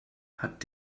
hat